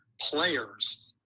players